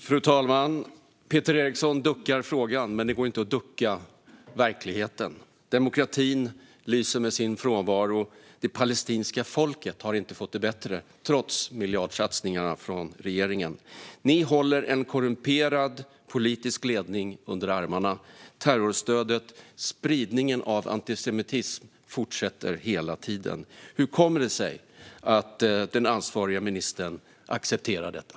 Fru talman! Peter Eriksson duckar för frågan, men det går inte att ducka för verkligheten. Demokratin lyser med sin frånvaro. Det palestinska folket har inte fått det bättre, trots miljardsatsningarna från regeringen. Ni håller en korrumperad politisk ledning under armarna. Terrorstödet och spridningen av antisemitism fortsätter hela tiden. Hur kommer det sig att den ansvariga ministern accepterar detta?